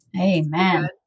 Amen